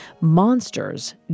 monsters